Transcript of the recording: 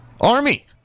Army